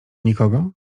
nikogo